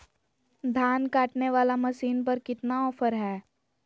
धान काटने वाला मसीन पर कितना ऑफर हाय?